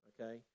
okay